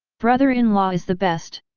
brother-in-law is the best!